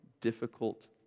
difficult